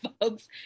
folks